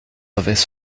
avaient